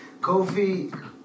Kofi